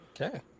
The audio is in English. Okay